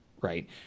Right